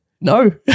No